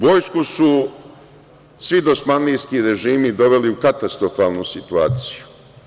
Vojsku su svi dosmanlijski režimi doveli u katastrofalnu situaciju.